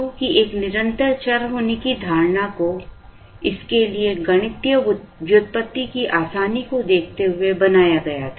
Q की एक निरंतर चर होने की धारणा को इसके लिए गणितीय व्युत्पत्ति की आसानी को देखते हुए बनाया गया था